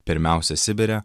pirmiausia sibire